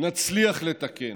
נצליח לתקן.